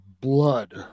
Blood